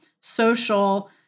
social